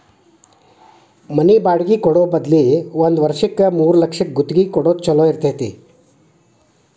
ಮನಿ ಬಾಡ್ಗಿ ಕೊಡೊ ಬದ್ಲಿ ಒಂದ್ ವರ್ಷಕ್ಕ ಮೂರ್ಲಕ್ಷಕ್ಕ ಗುತ್ತಿಗಿ ಕೊಡೊದ್ ಛೊಲೊ ಇರ್ತೆತಿ